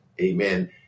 Amen